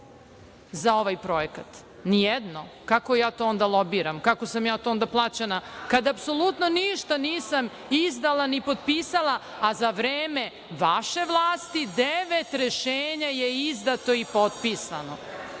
za ovaj projekat, nijedno. Kako ja to onda lobiram? Kako sam ja to onda plaćena kada apsolutno ništa nisam izdala ni potpisala, a za vreme vaše vlasti devet rešenja je izdato i potpisano.